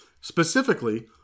Specifically